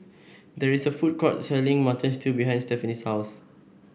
there is a food court selling Mutton Stew behind Stefanie's house